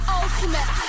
ultimate